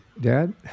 Dad